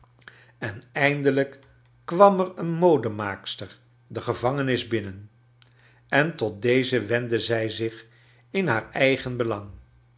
en eindelijk kwam er eenmodemaakster de gevangenis binnen en tot deze wendde zij zich in haar eigen belang